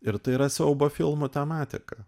ir tai yra siaubo filmų tematika